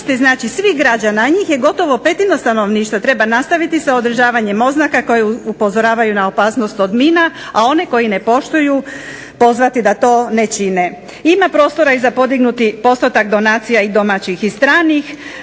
svih građana, a njih je gotovo petina stanovništva treba nastaviti sa održavanjem oznaka koje upozoravaju na opasnost od mina, a one koji ne poštuju pozvati da to ne čine. Ima prostora i za podignuti postotak donacija i domaćih i stranih